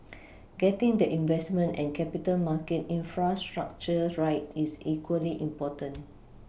getting the investment and capital market infrastructure right is equally important